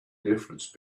difference